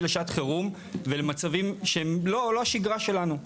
למצב חירום ומצבים שהם לא השגרה שלנו.